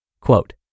Quote